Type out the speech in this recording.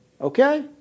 okay